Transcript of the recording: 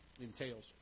entails